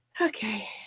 okay